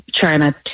China